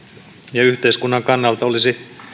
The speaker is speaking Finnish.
ja yhteiskunnan kannalta olisi